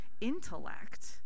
intellect—